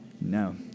No